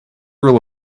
rule